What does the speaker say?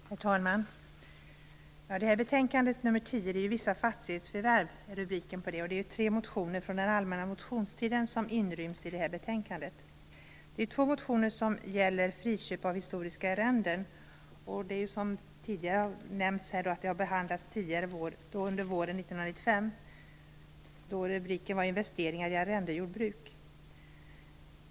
Herr talman! Rubriken på lagutskottets betänkande nr 10 är "Vissa fastighetsförvärv", och i betänkandet behandlas tre motioner från allmänna motionstiden. Två motioner gäller friköp av historiska arrenden. Som tidigare nämnts har detta ämne också behandlats våren 1995, då under rubriken "Investeringar i arrendejordbruk".